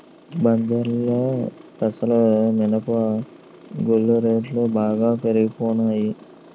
బజారులో పెసలు మినప గుళ్ళు రేట్లు బాగా పెరిగిపోనాయి